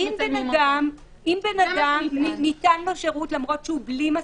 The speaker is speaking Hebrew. אם לאדם ניתן שירות למרות שהוא בלי מסיכה,